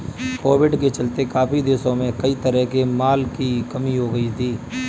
Covid के चलते काफी देशों में कई तरह के माल की कमी हो गई थी